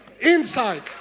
inside